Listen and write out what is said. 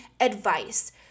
advice